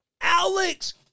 Alex